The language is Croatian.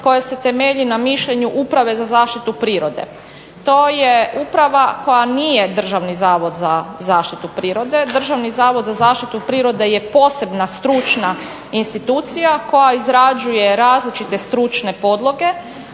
koje se temelji na mišljenju Uprave za zaštitu prirode. To je uprava koja nije državni zavod za zaštitu prirode. Državni zavod za zaštitu prirode je posebna stručna institucija koja izrađuje različite stručne podloge,